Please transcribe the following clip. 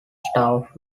staff